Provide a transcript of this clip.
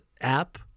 app